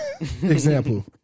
example